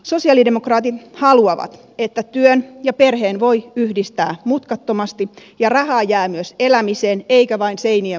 sosialidemokraatit haluavat että työn ja perheen voi yhdistää mutkattomasti ja rahaa jää myös elämiseen eikä vain seinien maksamiseen